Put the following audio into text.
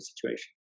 situation